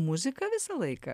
muzika visą laiką